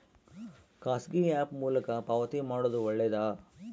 ಖಾಸಗಿ ಆ್ಯಪ್ ಮೂಲಕ ಪಾವತಿ ಮಾಡೋದು ಒಳ್ಳೆದಾ?